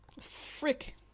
Frick